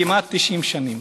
כמעט 90 שנה,